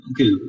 okay